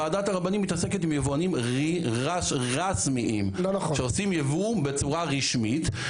ועדת הרבנים מתעסקת עם יבואנים רשמיים שעושים יבוא בצורה רשמית.